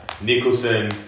Nicholson